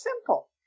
simple